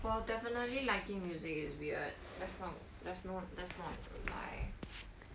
well definitely liking music is weird that's not that's no that's not a lie